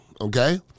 okay